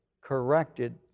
corrected